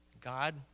God